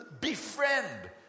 befriend